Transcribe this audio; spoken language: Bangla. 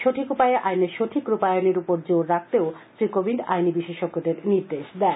সঠিক উপায়ে আইনের সঠিক রূপায়নের উপর নজর রাখতেও শ্রী কোবিন্দ আইনী বিশেষজ্ঞদের নির্দেশ দেন